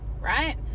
right